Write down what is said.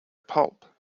pulp